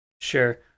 Sure